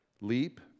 leap